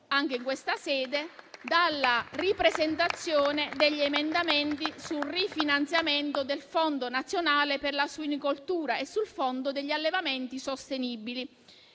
anche in questa sede, dalla ripresentazione degli emendamenti sul rifinanziamento del Fondo nazionale per la suinicoltura e sul fondo degli allevamenti sostenibili.